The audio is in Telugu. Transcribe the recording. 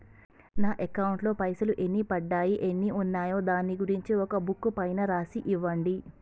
నా అకౌంట్ లో పైసలు ఎన్ని పడ్డాయి ఎన్ని ఉన్నాయో దాని గురించి ఒక బుక్కు పైన రాసి ఇవ్వండి?